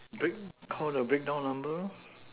break Call the breakdown number lor